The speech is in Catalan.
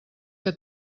que